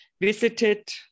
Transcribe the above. visited